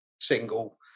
single